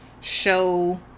show